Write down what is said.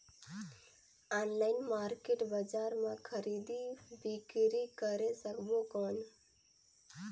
Online market बजार मां खरीदी बीकरी करे सकबो कौन?